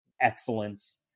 excellence